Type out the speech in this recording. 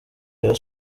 rayon